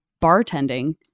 bartending